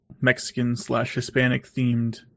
Mexican-slash-Hispanic-themed